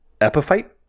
epiphyte